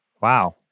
Wow